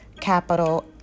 capital